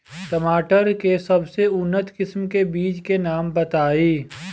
टमाटर के सबसे उन्नत किस्म के बिज के नाम बताई?